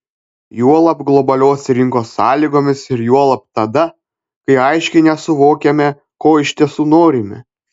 juolab globalios rinkos sąlygomis ir juolab tada kai aiškiai nesuvokiame ko iš tiesų norime